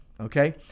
Okay